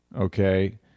okay